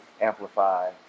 amplify